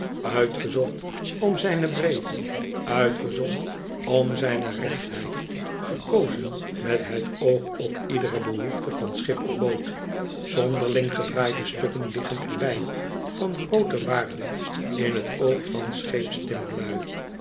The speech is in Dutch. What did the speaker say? uitgezocht om zijne breedte uitgezocht om zijne rechtheid gekozen met het oog op iedere behoefte van schip of boot zonderling gedraaide stukken liggen er bij van groote waarde in t oog van